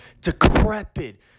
decrepit